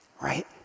right